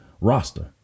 roster